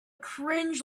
cringe